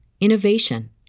innovation